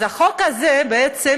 אז בחוק הזה בעצם